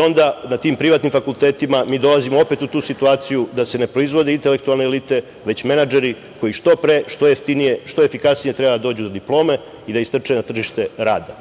Onda, na tim privatnim fakultetima mi dolazimo opet u tu situaciju da se ne proizvodi intelektualna elita, već menadžeri koji što pre, što jeftinije, što efikasnije treba da dođu do diplome i da istrče na tržište rada.